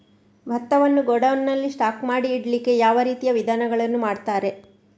ಭತ್ತವನ್ನು ಗೋಡೌನ್ ನಲ್ಲಿ ಸ್ಟಾಕ್ ಮಾಡಿ ಇಡ್ಲಿಕ್ಕೆ ಯಾವ ರೀತಿಯ ವಿಧಾನಗಳನ್ನು ಮಾಡ್ತಾರೆ?